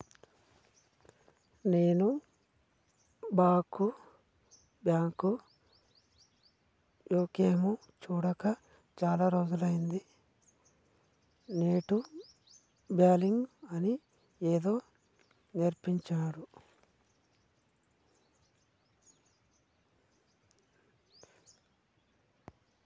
నేను బాంకు మొకేయ్ సూడక చాల రోజులైతంది, నెట్ బాంకింగ్ అని ఏదో నేర్పించిండ్రు గదా